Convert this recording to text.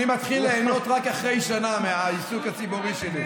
אני מתחיל ליהנות רק אחרי שנה מהעיסוק הציבורי שלי.